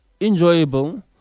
Enjoyable